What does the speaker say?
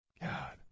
God